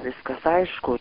viskas aišku